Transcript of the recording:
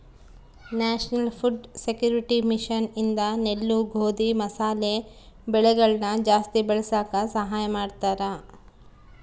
national food security mission ಇಂದ ನೆಲ್ಲು ಗೋಧಿ ಮಸಾಲೆ ಬೆಳೆಗಳನ ಜಾಸ್ತಿ ಬೆಳಸಾಕ ಸಹಾಯ ಮಾಡ್ತಾರ